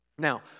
Now